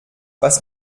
was